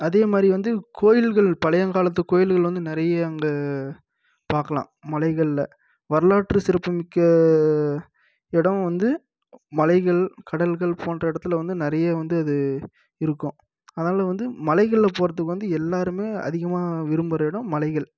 அதே மாதிரி வந்து கோயில்கள் பழையங் காலத்து கோயில்கள் வந்து நிறைய அங்கே பார்க்கலாம் மலைகளில் வரலாற்று சிறப்புமிக்க இடம் வந்து மலைகள் கடல்கள் போன்ற இடத்துல வந்து நிறைய வந்து அது இருக்கும் அதனால் வந்து மலைகளில் போகிறதுக்கு வந்து எல்லாருமே அதிகமாக விரும்புகிற இடம் மலைகள்